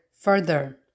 further